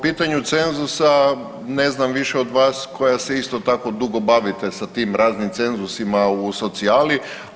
Po pitanju cenzusa ne znam više od vas koja se isto tako dugo bavite sa tim raznim cenzusima u socijali.